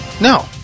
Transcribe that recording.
No